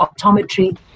optometry